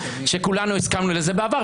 שכולנו הסכמנו לזה בעבר,